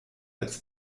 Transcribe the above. als